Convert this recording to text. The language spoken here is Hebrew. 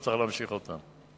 וצריך להמשיך אותם.